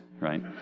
right